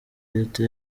leta